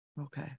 okay